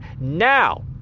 now